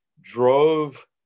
drove